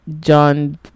John